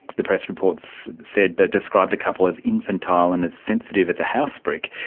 the press reports said, described the couple as infantile and as sensitive as a house brick.